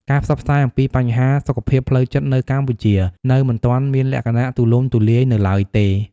ការផ្សព្វផ្សាយអំពីបញ្ហាសុខភាពផ្លូវចិត្តនៅកម្ពុជានៅមិនទាន់មានលក្ខណៈទូលំទូលាយនៅឡើយទេ។